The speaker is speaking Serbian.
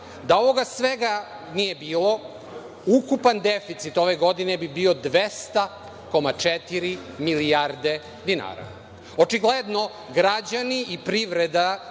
da ovoga svega nije bilo ukupan deficit ove godine bi bio 200,4 milijarde dinara. Očigledno građani i privreda